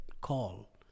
call